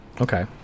Okay